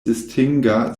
distinga